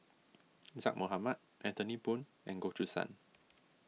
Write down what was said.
Zaqy Mohamad Anthony Poon and Goh Choo San